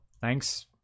thanks